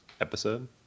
episode